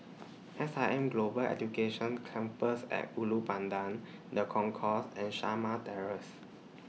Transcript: S I M Global Education Campus At Ulu Pandan The Concourse and Shamah Terrace